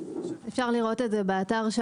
אפשר לראות את זה באתר.